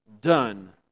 done